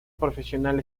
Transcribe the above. profesional